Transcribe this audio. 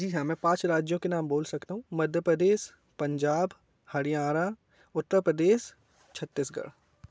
जी हाँ मैं पाँच राज्यों के नाम बोल सकता हूँ मध्य प्रदेश पंजाब हरियाणा उत्तर प्रदेश छत्तीसगढ़